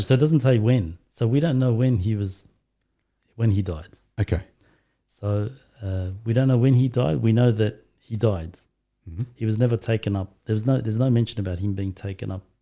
so it doesn't say when so we don't know when he was when he died, okay so we don't know when he died. we know that he died he was never taken up there was no there's no mention about him being taken up